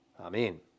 Amen